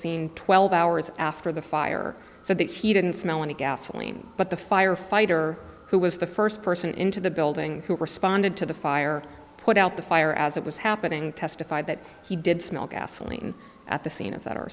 scene twelve hours after the fire said that he didn't smell any gasoline but the firefighter who was the first person into the building who responded to the fire put out the fire as it was happening testified that he did smell gasoline at the scene of that